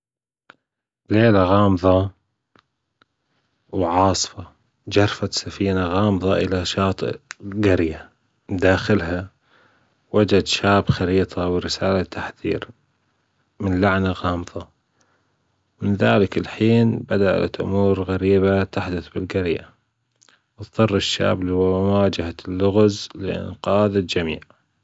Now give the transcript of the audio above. في ليلة غامضة وعاصفة جرفت سفينة غامضة إلى شاطئ الجرية بداخلها وجد شاب خريطة ورسالة تحذير من لعنة غامضة من ذلك الحين بدأت أمور غريبة تحدث في الجرية أضطر الشاب لمواجهة اللغز لأنقاذ الجميع